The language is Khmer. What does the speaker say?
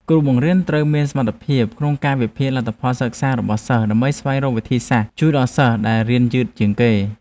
គ្រូបង្រៀនត្រូវមានសមត្ថភាពក្នុងការវិភាគលទ្ធផលសិក្សារបស់សិស្សដើម្បីស្វែងរកវិធីសាស្ត្រជួយដល់សិស្សដែលរៀនយឺតជាងគេ។